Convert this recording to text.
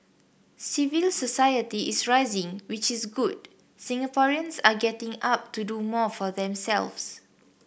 civil society is rising which is good Singaporeans are getting up to do more for themselves